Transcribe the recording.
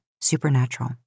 supernatural